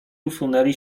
usunęli